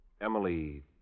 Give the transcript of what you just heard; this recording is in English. Emily